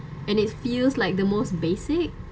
and it feels like the most basic